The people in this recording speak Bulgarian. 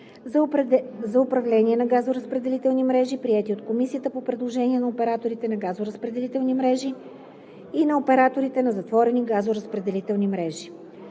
за управление на газоразпределителни мрежи, приети от комисията по предложение на операторите на газоразпределителни мрежи и на операторите на затворени газоразпределителни мрежи.“